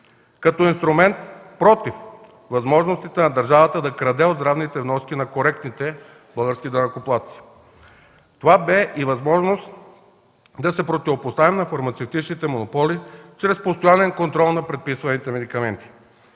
като инструмент против възможностите на държавата да краде от здравните вноски на коректните български данъкоплатци. Това бе и възможност да се противопоставим на фармацевтичните монополи чрез постоянен контрол на предписаните медикаменти.